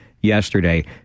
yesterday